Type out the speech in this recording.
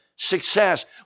Success